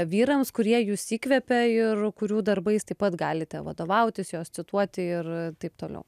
vyrams kurie jus įkvepia ir kurių darbais taip pat galite vadovautis juos cituoti ir taip toliau